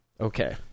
Okay